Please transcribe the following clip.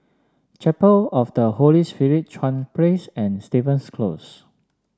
Chapel of the Holy Spirit Chuan Place and Stevens Close